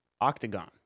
octagon